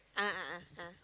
a'ah a'ah a'ah